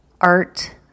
art